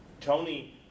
Tony